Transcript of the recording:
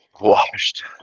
Washed